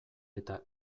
eta